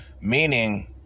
meaning